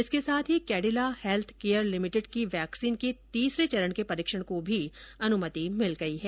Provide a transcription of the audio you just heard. इसके साथ ही कैडिला हैल्थ केयर लिमिटेड की वैक्सीन के तीसरे चरण के परीक्षण को भी अनुमति मिल गई है